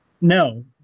No